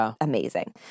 amazing